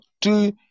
two